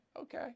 okay